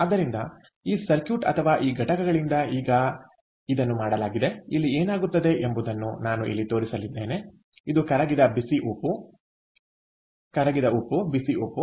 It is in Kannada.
ಆದ್ದರಿಂದ ಈ ಸರ್ಕ್ಯೂಟ್ ಅಥವಾ ಈ ಘಟಕಗಳಿಂದ ಈಗ ಇದನ್ನು ಮಾಡಲಾಗಿದೆ ಇಲ್ಲಿ ಏನಾಗುತ್ತದೆ ಎಂಬುದನ್ನು ನಾನು ಇಲ್ಲಿ ತೋರಿಸಲಿದ್ದೇನೆ ಇದು ಕರಗಿದ ಉಪ್ಪು ಬಿಸಿ ಉಪ್ಪು